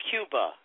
Cuba